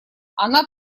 она